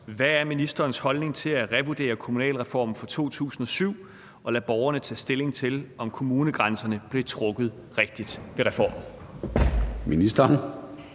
Hvad er ministerens holdning til at revurdere kommunalreformen fra 2007 og lade borgerne tage stilling til, om kommunegrænserne blev trukket rigtigt ved reformen? Formanden